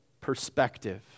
perspective